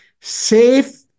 safe